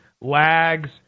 lags